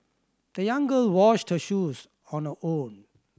the young girl washed her shoes on her own